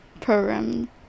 program